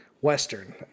western